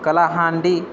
Kalahandi